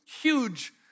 huge